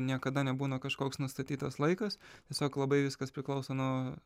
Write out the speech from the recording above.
niekada nebūna kažkoks nustatytas laikas tiesiog labai viskas priklauso nuo